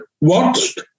watched